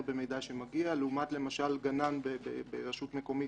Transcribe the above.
במידע שמגיע לעומת למשל גנן ברשות מקומית,